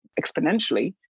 exponentially